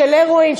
של הירואין,